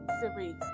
series